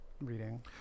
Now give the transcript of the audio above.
reading